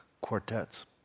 quartets